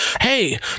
hey